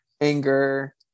anger